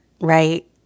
right